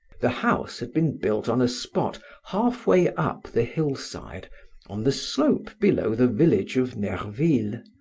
the house had been built on a spot half-way up the hillside on the slope below the village of nerville,